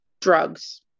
drugs